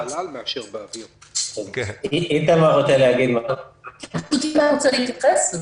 איתמר רוצה להתייחס?